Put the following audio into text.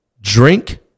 drink